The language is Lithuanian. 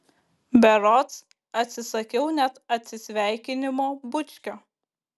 berods atsisakiau net atsisveikinimo bučkio